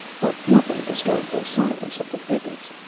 but nothing disturbed the silence of the thickets.